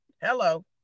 hello